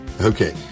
Okay